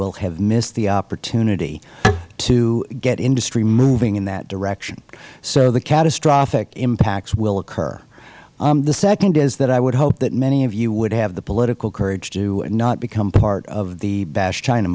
will have missed the opportunity to get industry moving in that direction so the catastrophic impacts will occur the second thing is i would hope that many of you would have the political courage to not become part of the bash china